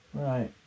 Right